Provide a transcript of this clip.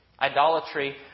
idolatry